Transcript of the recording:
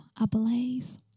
ablaze